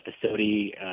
facility